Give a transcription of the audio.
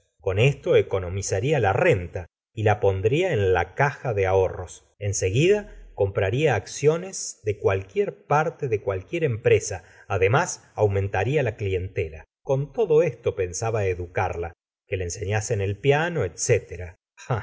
con esto economizaría la renta y la pon dria en la caja de ahorros en seguida compraría acciones en cualquier parte de cualquier empresa además aumentaría la clientela con todo esto pensaba educarla que le enseñasen el piano